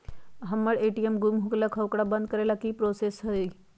हमर ए.टी.एम गुम हो गेलक ह ओकरा बंद करेला कि कि करेला होई है?